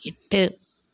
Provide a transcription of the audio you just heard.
எட்டு